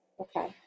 Okay